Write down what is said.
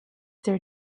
their